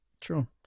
True